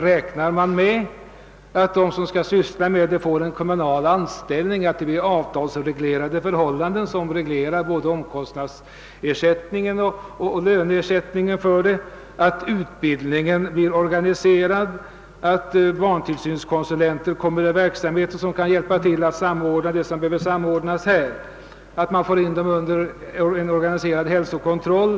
De som skall syssla med denna verksamhet får en kommunal anställning med avtalsreglerade förhållanden vad det gäller både omkostnadsersättning och Jlöneersättning. Utbildningen blir organiserad, och barntillsynskonsulenter kommer att tillsättas för att hjälpa till att samordna det som behöver samordnas. Det blir en organiserad hälsokontroll.